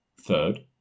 third